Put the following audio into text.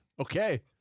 Okay